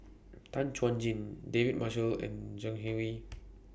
Tan Chuan Jin David Marshall and Zhang Hui